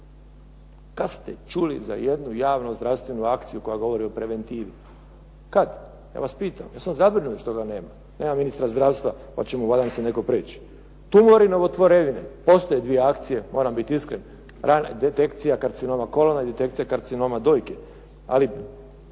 Kad ste čuli za jednu javno-zdravstvenu akciju koja govori o preventivi? Kad? Ja vas pitam, ja sam zabrinut što ga nema. Nema ministra zdravstva pa će mu … /Govornik se ne razumije./… Tumori novotvorevine, postoje dvije akcije, moram biti iskren, detekcija karcinoma … /Govornik se ne razumije./… i detekcija karcinoma dojke, ali